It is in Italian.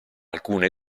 alcune